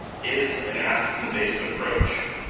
is an african-based approach.